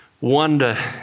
wonder